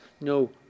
no